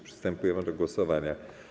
Przystępujemy do głosowania.